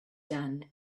done